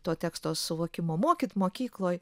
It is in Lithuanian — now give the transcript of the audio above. to teksto suvokimo mokyt mokykloj